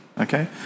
okay